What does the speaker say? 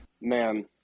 man